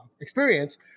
experience